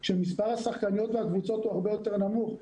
כשמספר השחקניות והקבוצות הוא הרבה יותר נמוך,